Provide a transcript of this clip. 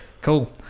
Cool